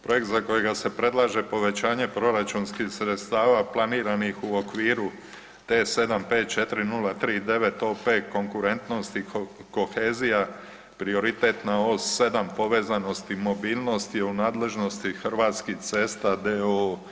Projekt za kojega se predlaže povećanje proračunskih sredstava planiranih u okviru T754039 OP konkurentnosti i kohezija prioritetno OS7 povezanosti i mobilnosti u nadležnosti Hrvatskih cesta d.o.o.